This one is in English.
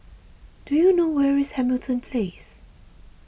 do you know where is Hamilton Place